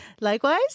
Likewise